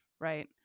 right